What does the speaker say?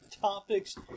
topics